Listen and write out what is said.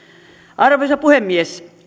arvoisa puhemies